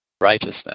righteousness